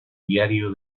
diario